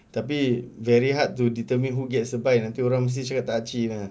tapi very hard to determine who gets a buy nanti orang mesti cakap tak achieve punya